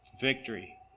victory